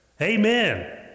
Amen